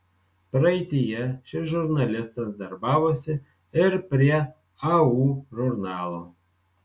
praeityje šis žurnalistas darbavosi ir prie au žurnalo